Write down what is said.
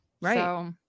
Right